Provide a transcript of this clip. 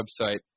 website